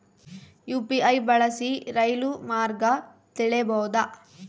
UPI ಬಳಸಿ ರೈಲು ಮಾರ್ಗ ತಿಳೇಬೋದ?